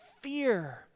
fear